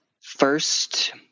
first